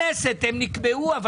הן נקבעו על ידי הכנסת.